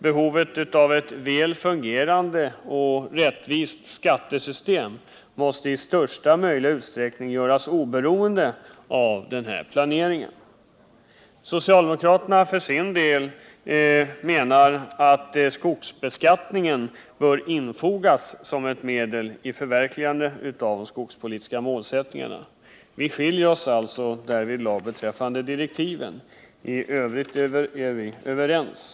Behovet av ett väl fungerande och rättvist skattesystem måste i största möjliga utsträckning göras oberoende av den här planeringen. Socialdemokraterna menar att skogsbeskattningen bör infogas som ett medel i förverkligandet av de skogspolitiska målsättningarna. Vi har alltså olika meningar beträffande direktiven. I övrigt är vi överens.